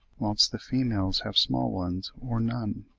whilst the females have small ones or none.